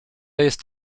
jest